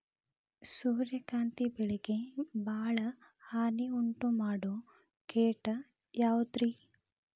ಸೂರ್ಯಕಾಂತಿ ಬೆಳೆಗೆ ಭಾಳ ಹಾನಿ ಉಂಟು ಮಾಡೋ ಕೇಟ ಯಾವುದ್ರೇ?